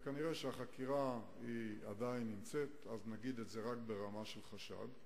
כנראה החקירה עדיין נמשכת ולכן נגיד את זה רק ברמה של חשד,